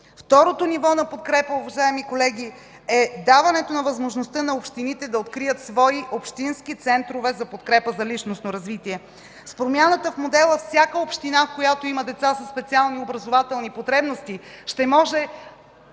Второто ниво на подкрепа, уважаеми колеги, е даването на възможността на общините да открият свои общински центрове за подкрепа за личностно развитие. С промяната на модела всяка община, в която има деца със специални образователни потребности, ще може,